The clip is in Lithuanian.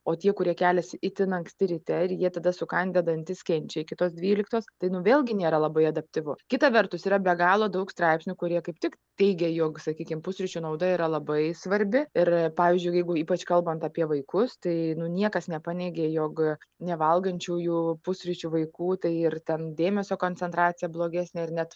o tie kurie keliasi itin anksti ryte ir jie tada sukandę dantis kenčia iki tos dvyliktos tai nu vėlgi nėra labai adaptyvu kita vertus yra be galo daug straipsnių kurie kaip tik teigia jog sakykim pusryčių nauda yra labai svarbi ir pavyzdžiui jeigu ypač kalbant apie vaikus tai nu niekas nepaneigė jog nevalgančiųjų pusryčių vaikų tai ir ten dėmesio koncentracija blogesnė ar net